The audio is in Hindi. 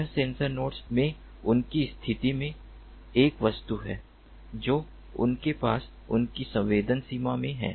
यह सेंसर नोड्स में उनकी स्थिति में एक वस्तु है जो उनके पास उनकी संवेदन सीमा में है